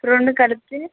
రెండు కలిపితే